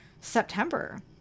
September